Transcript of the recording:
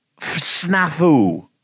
snafu